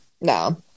No